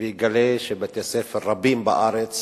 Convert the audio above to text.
ויגלה שבבתי-ספר רבים בארץ